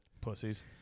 Pussies